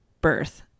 birth